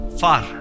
far